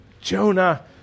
Jonah